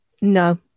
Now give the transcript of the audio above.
No